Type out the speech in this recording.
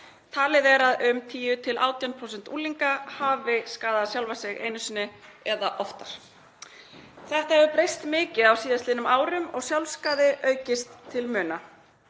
Talið er að um 10–18% unglinga hafi skaðað sjálf sig einu sinni eða oftar. Þetta hefur breyst mikið á síðastliðnum árum og sjálfsskaði aukist til muna.